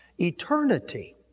eternity